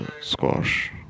squash